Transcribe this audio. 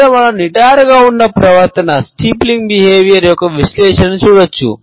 ఇక్కడ మనం నిటారుగా ఉన్న ప్రవర్తన యొక్క విశ్లేషణను చూడవచ్చు